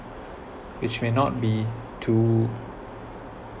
which may not be too